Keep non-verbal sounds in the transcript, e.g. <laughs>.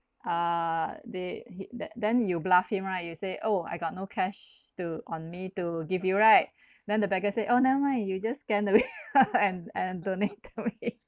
uh they said that then you bluff him right you say oh I got no cash to on me to give you right then the beggar say oh never mind you just scan the <laughs> wechat and and donate to me <laughs>